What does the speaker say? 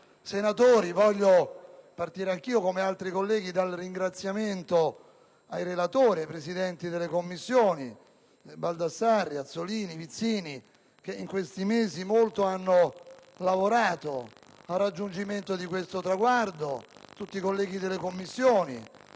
senatori, voglio partire anch'io, come altri colleghi, dal rivolgere il mio ringraziamento al relatore, ai presidenti di Commissione Baldassarri, Azzollini, Vizzini, che in questi mesi molto hanno lavorato per il raggiungimento di questo traguardo, a tutti i colleghi delle Commissioni,